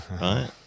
right